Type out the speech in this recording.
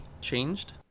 changed